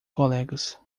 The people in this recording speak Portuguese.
colegas